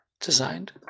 designed